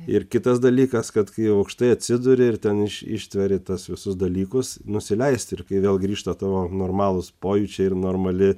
ir kitas dalykas kad kai aukštai atsiduri ir ten iš ištveri tuos visus dalykus nusileisti ir kai vėl grįžta tavo normalūs pojūčiai ir normali